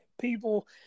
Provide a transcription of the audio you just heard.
people –